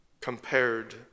compared